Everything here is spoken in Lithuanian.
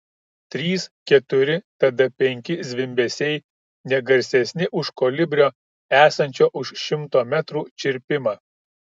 trys keturi tada penki zvimbesiai ne garsesni už kolibrio esančio už šimto metrų čirpimą